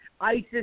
ISIS